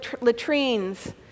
latrines